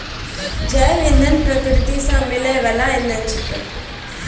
जैव इंधन प्रकृति सॅ मिलै वाल इंधन छेकै